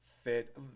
fit